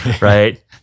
right